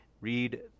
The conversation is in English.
Read